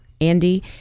Andy